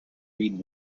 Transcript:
reed